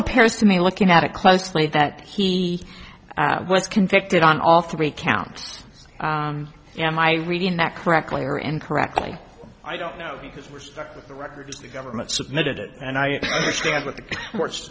appears to me looking at it closely that he was convicted on all three counts am i reading that correctly or incorrectly i don't know because we're stuck with the records the government submitted it and i understand that